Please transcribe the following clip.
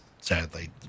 sadly